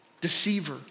Deceiver